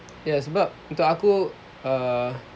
yes sebab untuk aku err